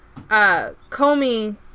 Comey